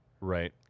Right